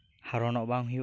ᱦᱟᱨᱚᱱᱚᱜ ᱵᱟᱝ ᱦᱩᱭᱩᱜ ᱟ